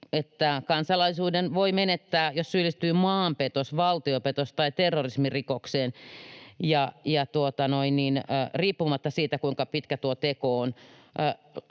kansalaisuuden voi menettää, jos syyllistyy maanpetos‑, valtiopetos‑ tai terrorismirikokseen, ja riippumatta siitä, kuinka pitkä tuo teko on.